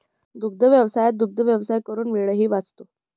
दुग्धव्यवसायात दुग्धव्यवसाय करून वेळही वाचतो